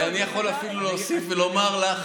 ואני אפילו יכול להוסיף ולומר לך